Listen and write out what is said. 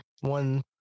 one